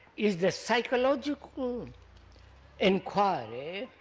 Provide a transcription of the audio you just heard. is the psychological enquiry,